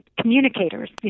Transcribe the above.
communicators